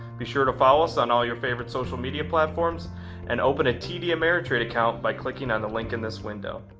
be sure to follow us on all your favorite social media platforms and open a td ameritrade account by clicking on the link in this window.